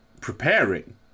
preparing